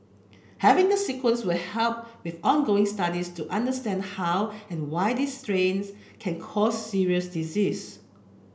having the sequence will help with ongoing studies to understand how and why this strains can cause serious disease